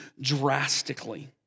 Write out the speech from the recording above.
drastically